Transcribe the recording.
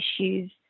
issues